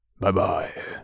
Bye-bye